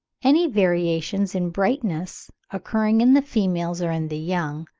any variations in brightness occurring in the females or in the young,